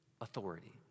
authority